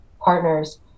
partners